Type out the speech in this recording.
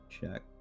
check